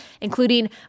including